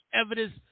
evidence